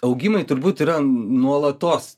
augimai turbūt yra nuolatos